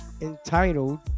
entitled